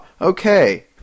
Okay